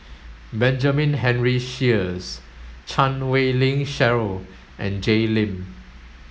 Benjamin Henry Sheares Chan Wei Ling Cheryl and Jay Lim